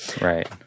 right